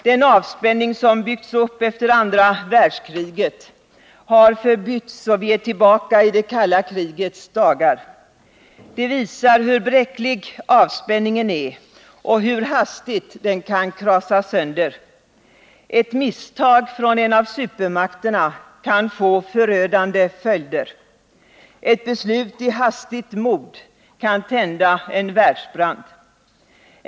Den avspänning som byggts upp efter andra världskriget har förbytts, och vi är tillbaka i det kalla krigets dagar. Det visar hur bräcklig avspänningen är och hur hastigt den kan krasas sönder. Ett misstag från en av supermakterna kan få förödande följder. Ett beslut i hastigt mod kan tända en världsbrand.